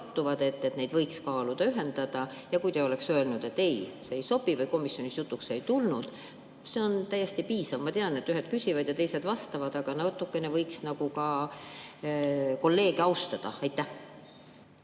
ja neid võiks kaaluda ühendada. Kui te oleksite öelnud, et ei, see ei sobi või komisjonis see jutuks ei tulnud, siis see oleks olnud täiesti piisav. Ma tean, et ühed küsivad ja teised vastavad, aga natukene võiks nagu ka kolleege austada. Aitäh